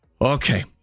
Okay